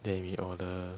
then we order